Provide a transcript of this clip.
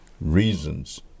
reasons